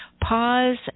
pause